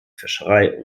fischerei